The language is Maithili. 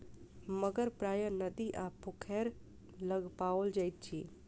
मगर प्रायः नदी आ पोखैर लग पाओल जाइत अछि